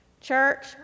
Church